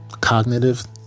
Cognitive